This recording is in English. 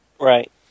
Right